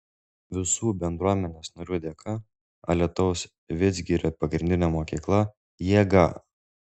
visų bendruomenės narių dėka alytaus vidzgirio pagrindinė mokykla jėga